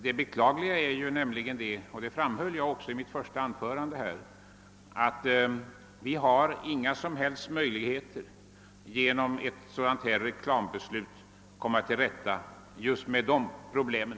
Det beklagliga är emellertid — och det framhöll jag i mitt första anförande — att vi inte har några som helst möjligheter att genom ett beslut om förbud mot spritreklam komma till rätta med just de problemen.